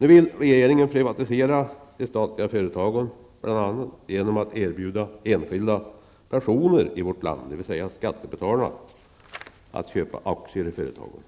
Nu vill regeringen privatisera de statliga företagen bl.a. genom att erbjuda enskilda personer i vårt land, dvs. skattebetalarna, att köpa aktier i företagen.